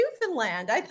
Newfoundland